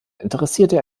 interessierte